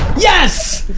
yes!